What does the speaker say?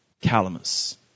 calamus